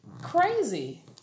Crazy